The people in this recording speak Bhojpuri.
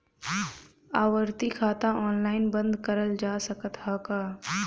आवर्ती खाता ऑनलाइन बन्द करल जा सकत ह का?